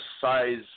size